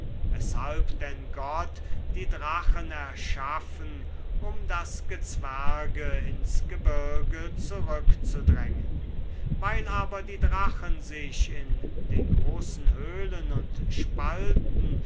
weshalb denn gott die drachen erschaffen um das gezwerge ins gebirg zurückzudrängen weil aber die drachen sich in den großen höhlen und spalten